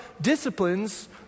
disciplines